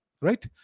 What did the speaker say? right